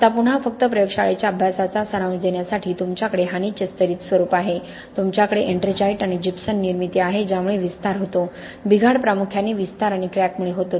आता पुन्हा फक्त प्रयोगशाळेच्या अभ्यासाचा सारांश देण्यासाठी तुमच्याकडे हानीचे स्तरित स्वरूप आहे तुमच्याकडे एट्रिंजाइट आणि जिप्सम निर्मिती आहे ज्यामुळे विस्तार होतो बिघाड प्रामुख्याने विस्तार आणि क्रॅकमुळे होतो